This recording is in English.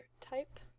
type